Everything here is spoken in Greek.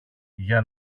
για